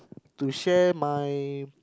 to share my